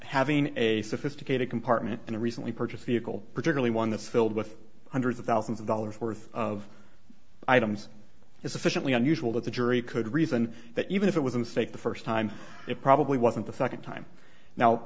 having a sophisticated compartment in a recently purchased vehicle particularly one that's filled with hundreds of thousands of dollars worth of items is sufficiently unusual that the jury could reason that even if it was a mistake the first time it probably wasn't the second time now